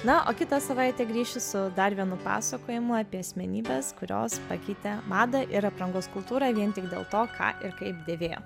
na o kitą savaitę grįšiu su dar vienu pasakojimu apie asmenybes kurios pakeitė madą ir aprangos kultūrą vien tik dėl to ką ir kaip dėvėjo